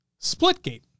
Splitgate